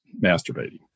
masturbating